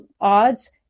odds